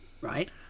Right